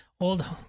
old